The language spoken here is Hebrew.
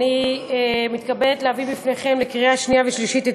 אני מתכבדת להביא בפניכם לקריאה שנייה ושלישית את